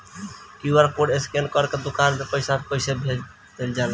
QR code scan करके दुकान में पईसा कइसे देल जाला?